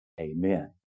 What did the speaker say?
Amen